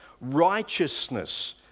Righteousness